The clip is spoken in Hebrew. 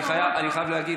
אני חייב להגיד,